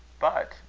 but,